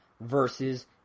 versus